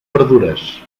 verdures